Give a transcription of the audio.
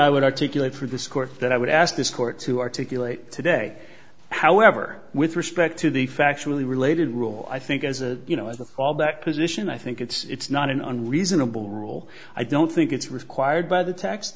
i would articulate for this court that i would ask this court to articulate today however with respect to the factually related rule i think as a you know as a fallback position i think it's not an unreasonable rule i don't think it's required by the t